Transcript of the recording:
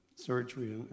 Surgery